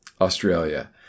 Australia